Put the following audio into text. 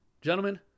Gentlemen